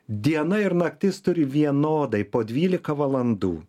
diena ir naktis turi vienodai po dvylika valandų